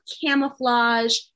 camouflage